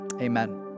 Amen